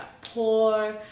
poor